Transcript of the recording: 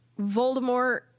Voldemort